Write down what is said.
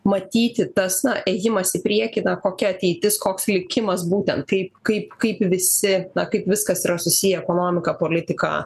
matyti tas na ėjimas į priekį na kokia ateitis koks likimas būtent kaip kaip kaip visi na kaip viskas yra susiję ekonomika politika